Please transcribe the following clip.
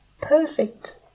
perfect